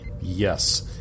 Yes